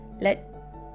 let